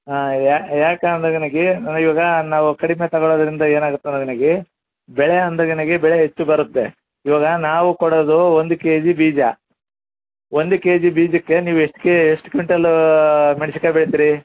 ಹಾಂ ಯಾಕಂದ್ರೆ ನಿನಗೆ ನಾನು ಇವಾಗ ನಾವು ಕಡಿಮೆ ತೊಗೊಳೋದ್ರಿಂದ ಏನಾಗುತ್ತೆ ಅಂದ್ರೆ ನನಗೆ ಬೆಳೆ ಅಂದ್ರೆ ನಿನಗೆ ಬೆಳೆ ಹೆಚ್ಚು ಬರುತ್ತೆ ಇವಾಗ ನಾವು ಕೊಡೋದು ಒಂದು ಕೆ ಜಿ ಬೀಜ ಒಂದು ಕೆ ಜಿ ಬೀಜಕ್ಕೆ ನೀವು ಎಷ್ಟು ಕೆ ಎಷ್ಟು ಕ್ವಿಂಟಾಲೂ ಮೆಣ್ಸಿಕಾಯಿ ಬೆಳೀತೀರಿ